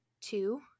two